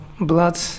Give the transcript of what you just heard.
blood